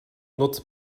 noc